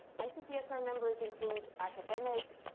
icpsr members include academic,